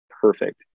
perfect